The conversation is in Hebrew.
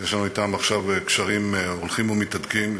שיש לנו אתם עכשיו קשרים הולכים ומתהדקים,